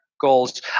goals